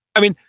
i mean,